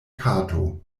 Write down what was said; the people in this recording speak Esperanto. kato